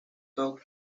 top